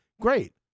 great